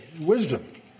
wisdom